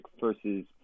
versus